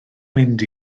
mynd